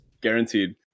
guaranteed